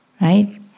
right